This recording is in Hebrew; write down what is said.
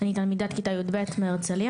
אני תלמידת כיתה י"ב מהרצליה.